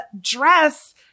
dress